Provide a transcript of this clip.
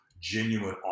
genuine